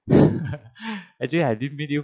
actually I didn't meet you